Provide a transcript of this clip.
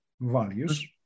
values